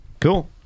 Cool